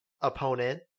opponent